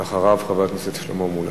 ואחריו, חבר הכנסת שלמה מולה.